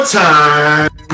time